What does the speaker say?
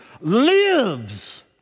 lives